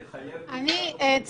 היא תחייב מפקד אוכלוסין, מה שלא עשו .